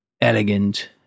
elegant